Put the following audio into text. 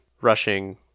rushing